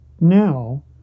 Now